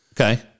Okay